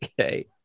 okay